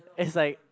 it's like